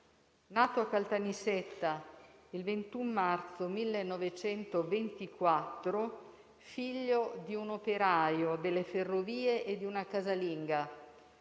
Nato a Caltanissetta il 21 marzo 1924, figlio di un operaio delle ferrovie e di una casalinga,